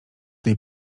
tej